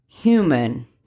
human